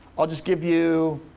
i'll just give you,